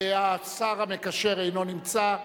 השר המקשר אינו נמצא,